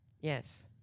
Yes